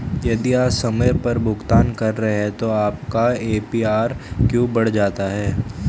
यदि आप समय पर भुगतान कर रहे हैं तो आपका ए.पी.आर क्यों बढ़ जाता है?